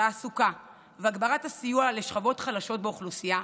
תעסוקה והגברת הסיוע לשכבות החלשות באוכלוסייה,